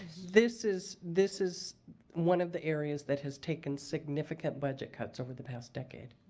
this is this is one of the areas that has taken significant budget cuts over the past decade.